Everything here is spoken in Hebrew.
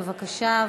בבקשה.